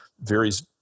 varies